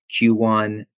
Q1